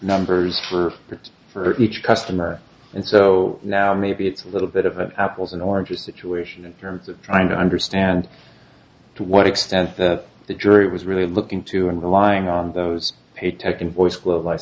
numbers for years for each customer and so now maybe it's a little bit of an apples and oranges situation in terms of trying to understand to what extent the jury was really looking to and relying on those paid tech invoice quote li